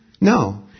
No